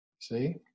See